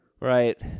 Right